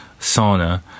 sauna